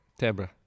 Tebra